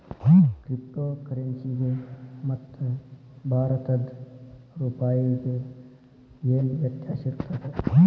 Crypto ಕರೆನ್ಸಿಗೆ ಮತ್ತ ಭಾರತದ್ ರೂಪಾಯಿಗೆ ಏನ್ ವ್ಯತ್ಯಾಸಿರ್ತದ?